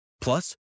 Plus